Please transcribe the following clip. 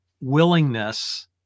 willingness